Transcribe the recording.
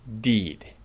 deed